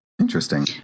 Interesting